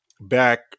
back